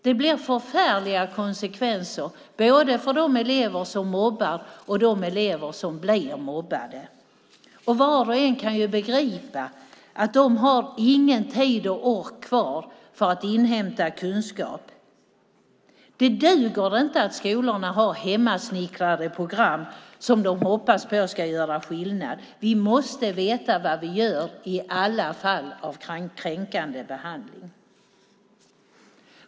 Det blir förfärliga konsekvenser både för dem som mobbar och de elever som blir mobbade. Var och en kan begripa att de inte har någon tid eller ork kvar för att inhämta kunskap. Det duger inte att skolorna har hemmasnickrade program som de hoppas ska göra skillnad. Vi måste veta vad vi gör i alla fall av kränkande behandling.